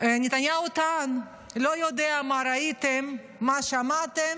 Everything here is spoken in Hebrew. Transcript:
נתניהו טען: לא יודע מה ראיתם, מה שמעתם.